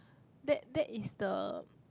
that that is the